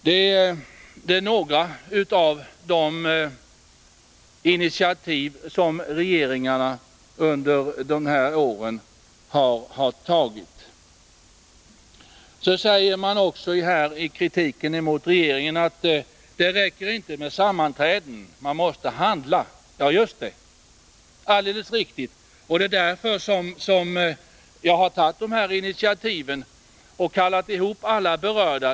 Detta är några av de initiativ som regeringarna har tagit under de här åren. I kritiken mot regeringen sägs också att det inte räcker med sammanträden utan att man måste handla. Ja, just det. Det är alldeles riktigt. Och det är därför som jag har tagit de här initiativen och kallat samman alla berörda.